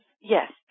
Yes